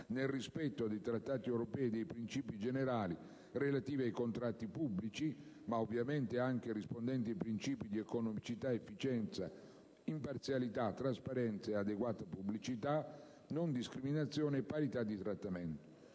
nel rispetto dei Trattati europei e dei principi generali relativi ai contratti pubblici, ma ovviamente rispondenti anche ai princìpi di economicità, efficacia, imparzialità, trasparenza, adeguata pubblicità, non discriminazione, parità di trattamento.